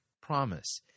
promise